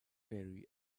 very